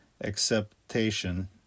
acceptation